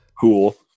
cool